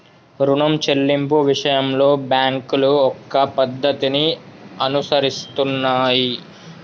రుణం చెల్లింపు విషయంలో బ్యాంకులు ఒక పద్ధతిని అనుసరిస్తున్నాయి